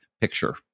picture